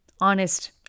honest